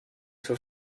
für